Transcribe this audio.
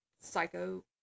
psycho